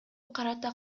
карата